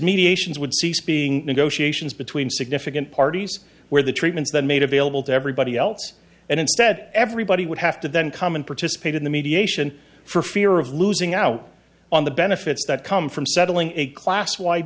mediations would cease being in negotiations between significant parties where the treatments that made available to everybody else and instead everybody would have to then come and participate in the mediation for fear of losing out on the benefits that come from settling a class white